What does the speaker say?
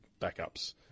backups